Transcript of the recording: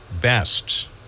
best